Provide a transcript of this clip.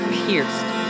pierced